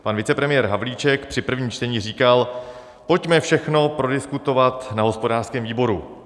Pan vicepremiér Havlíček při prvním čtení říkal: pojďme všechno prodiskutovat na hospodářském výboru.